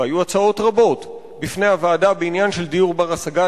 והיו הצעות רבות בפני הוועדה בעניין של דיור בר-השגה,